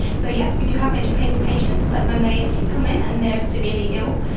so yes, we do have educated patients, but when they come in and they are severely ill,